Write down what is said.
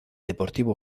deportivo